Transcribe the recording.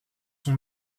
son